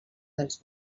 dels